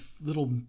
little